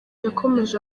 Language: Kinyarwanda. yakomeje